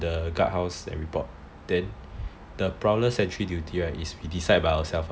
the guard house and report then the prowler sentry duty is we decide by ourselves [one]